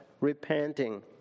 repenting